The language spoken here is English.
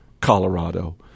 Colorado